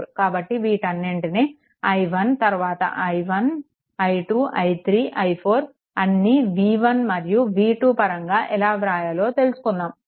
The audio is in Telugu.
కాబట్టి వీటన్నింటినీ i1 తర్వాత i1 i2 i3 i4 అన్నీ v1 మరియు v2 పరంగా ఎలా వ్రాయాలో తెలుసుకున్నాము